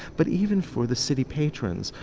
but even for the city patrons.